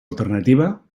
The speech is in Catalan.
alternativa